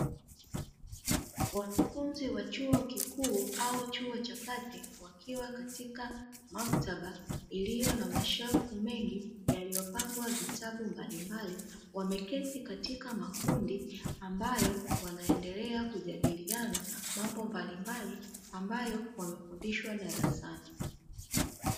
Wanafunzi wa chuo kikuu au chuo cha kati wakiwa katika maktaba iliyo na mashelfu mengi, yaliyopangwa vitabu mbalimbali, wameketi katika makundi ambayo wanaendelea kujadiliana mambo mbalimbali ambayo wamefundishwa darasani.